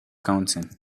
counting